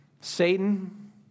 Satan